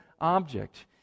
object